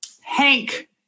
Hank